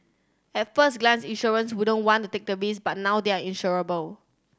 at first glance insurers wouldn't want to take the risk but now they are insurable